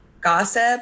Gossip